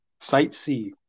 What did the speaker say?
sightsee